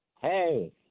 Hey